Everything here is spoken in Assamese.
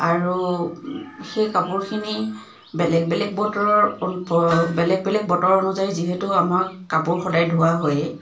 আৰু সেই কাপোৰখিনি বেলেগ বেলেগ বতৰ বেলেগ বেলেগ বতৰৰ অনুযায়ী যিহেতু আমাৰ কাপোৰ সদায় ধোৱা হয়েই